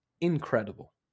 incredible